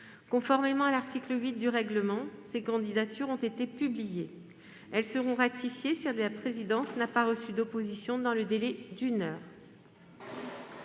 Conformément à l'article 8 du règlement, ces candidatures ont été publiées. Elles seront ratifiées si la présidence n'a pas reçu d'opposition dans le délai d'une heure.